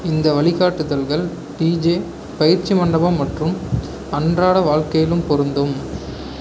இந்த வழிகாட்டுதல்கள் டிஜே பயிற்சி மண்டபம் மற்றும் அன்றாட வாழ்க்கையிலும் பொருந்தும்